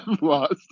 lost